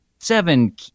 Seven